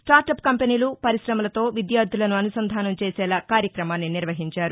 startup కంపెనీలు పరిశమలతో విద్యార్టులను అనుసంధానం చేసేలా కార్యక్రమాన్ని నిర్వహించారు